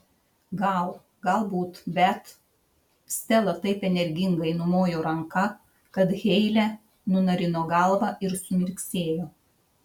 gal galbūt bet stela taip energingai numojo ranka kad heile nunarino galvą ir sumirksėjo